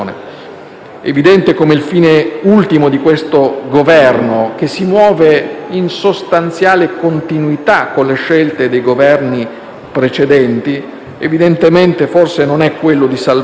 evidente come il fine ultimo di questo Governo, che si muove in sostanziale continuità con le scelte dei Governi precedenti, forse è quello non di salvare